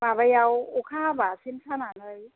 माबायाव अखा हाबा सेन सानानै